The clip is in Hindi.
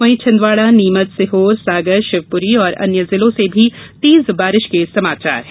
वहीं छिंदवाड़ा नीमच सीहोर सागर शिवपुरी और अन्य जिलों से भी तेज बारिश के समाचार हैं